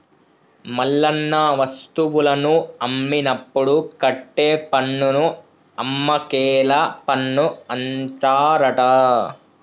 మల్లన్న వస్తువులను అమ్మినప్పుడు కట్టే పన్నును అమ్మకేల పన్ను అంటారట